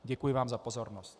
Děkuji vám za pozornost.